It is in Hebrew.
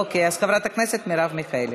אוקיי, חברת הכנסת מרב מיכאלי.